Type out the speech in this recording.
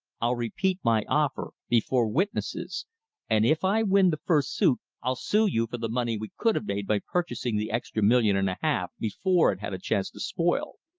i'll repeat my offer before witnesses and if i win the first suit, i'll sue you for the money we could have made by purchasing the extra million and a half before it had a chance to spoil.